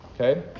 Okay